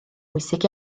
bwysig